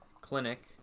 clinic